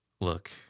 look